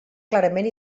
clarament